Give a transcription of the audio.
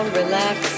relax